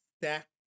stack